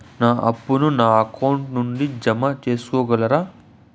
నా అప్పును నా అకౌంట్ నుండి జామ సేసుకోగలరా?